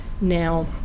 now